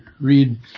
read